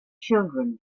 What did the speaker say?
children